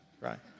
right